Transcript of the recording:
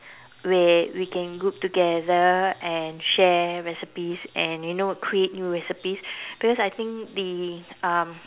where we can group together and share recipes and you know create new recipes because I think the um